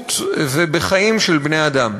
בבריאות ובחיים של בני-אדם.